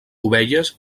ovelles